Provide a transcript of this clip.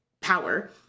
power